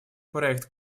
проект